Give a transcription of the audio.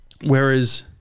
whereas